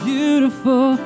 Beautiful